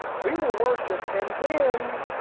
we will worship and then.